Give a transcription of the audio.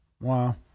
Wow